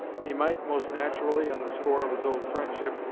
he might, most naturally, on the score of his old friendship,